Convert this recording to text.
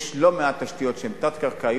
יש לא מעט תשתיות שהן תת-קרקעיות.